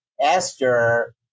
Esther